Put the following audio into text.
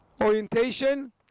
Orientation